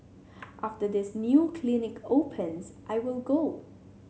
after this new clinic opens I will go